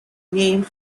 named